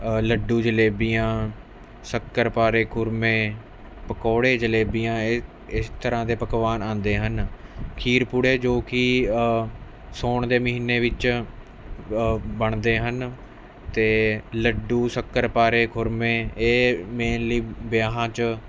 ਲੱਡੂ ਜਲੇਬੀਆਂ ਸ਼ੱਕਰਪਾਰੇ ਖੁਰਮੇ ਪਕੌੜੇ ਜਲੇਬੀਆਂ ਇਹ ਇਸ ਤਰ੍ਹਾਂ ਦੇ ਪਕਵਾਨ ਆਉਂਦੇ ਹਨ ਖੀਰ ਪੂੜੇ ਜੋ ਕਿ ਸਾਉਣ ਦੇ ਮਹੀਨੇ ਵਿੱਚ ਬਣਦੇ ਹਨ ਅਤੇ ਲੱਡੂ ਸ਼ੱਕਰਪਾਰੇ ਖੁਰਮੇ ਇਹ ਮੇਨਲੀ ਵਿਆਹਾਂ 'ਚ